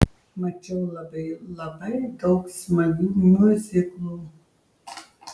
mačiau labai labai daug smagių miuziklų